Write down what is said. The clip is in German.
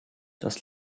das